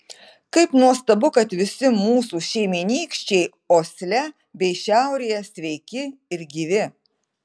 kaip nuostabu kad visi mūsų šeimynykščiai osle bei šiaurėje sveiki ir gyvi